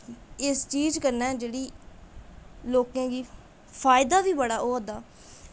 इस चीज़ कन्नै जेह्ड़ी लोकें गी फायदा बी बड़ा होआ दा